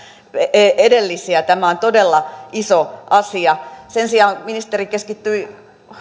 edellisiä tämä on todella iso asia sen sijaan ministeri keskittyi